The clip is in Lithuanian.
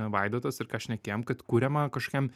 vaidotas ir ką šnekėjom kad kuriama kažkokiam